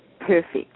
Perfect